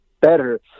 better